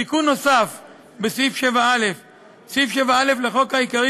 תיקון נוסף הוא בסעיף 7א. סעיף 7א לחוק העיקרי